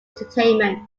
entertainment